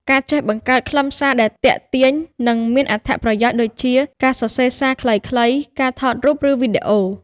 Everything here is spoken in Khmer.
ការចេះបង្កើតខ្លឹមសារដែលទាក់ទាញ និងមានប្រយោជន៍ដូចជា ការសរសេរសារខ្លីៗ ការថតរូប ឬវីដេអូ។